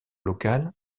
local